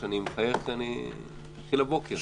היושב-ראש, אני מחייך כי התחיל הבוקר.